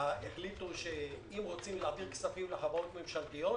החליטו שאם רוצים להעביר כספים לחברות ממשלתיות,